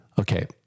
Okay